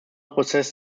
prozess